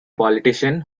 politician